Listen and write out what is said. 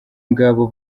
ngabo